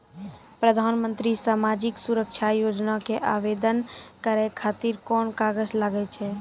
प्रधानमंत्री समाजिक सुरक्षा योजना के आवेदन करै खातिर कोन कागज लागै छै?